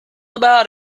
about